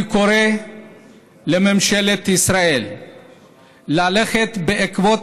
אני קורא לממשלת ישראל ללכת בעקבות